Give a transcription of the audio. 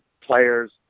players